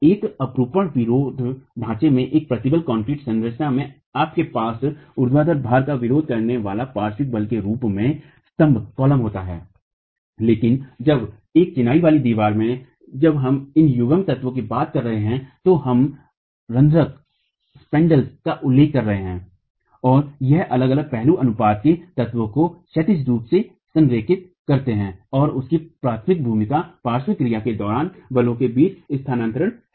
एक आघूर्ण विरोध ढांचे में एक प्रबलित कंक्रीट संरचना में आपके पास ऊर्ध्वाधर भार का विरोध करने वाले पार्श्व भार के रूप में स्तंभकॉलम होते हैं लेकिन जब एक चिनाई वाली दीवार में जब हम इन युग्मन तत्वों की बात कर रहे हैं तो हम स्कन्ध स्पैन्ड्रेल का उल्लेख कर रहे हैं और ये अलग अलग पहलू अनुपात के तत्वों को क्षैतिज रूप से संरेखित करते हैं और उनकी प्राथमिक भूमिका पार्श्व क्रिया के दौरान बलों के बीच स्थानांतरण है